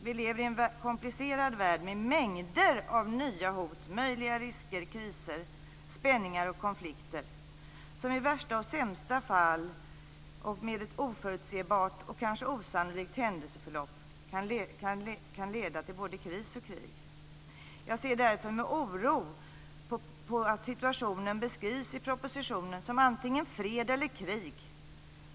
Vi lever i en komplicerad värld med mängder av nya hot och möjliga risker, kriser, spänningar och konflikter som i värsta och sämsta fall, och med ett oförutsebart och kanske osannolikt händelseförlopp, kan leda till både kris och krig. Jag ser därför med oro på att situationen i propositionen beskrivs som antingen fred eller krig.